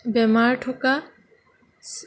বেমাৰ থকা